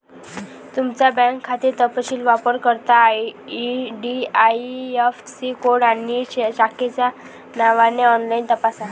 तुमचा बँक खाते तपशील वापरकर्ता आई.डी.आई.ऍफ़.सी कोड आणि शाखेच्या नावाने ऑनलाइन तपासा